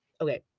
okay